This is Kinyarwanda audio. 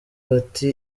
bati